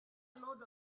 load